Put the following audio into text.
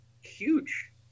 huge